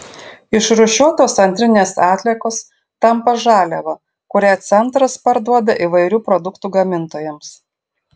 išrūšiuotos antrinės atliekos tampa žaliava kurią centras parduoda įvairių produktų gamintojams